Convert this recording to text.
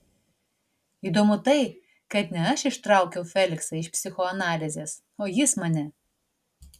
įdomu tai kad ne aš ištraukiau feliksą iš psichoanalizės o jis mane